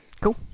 Cool